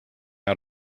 out